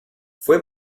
fue